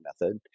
method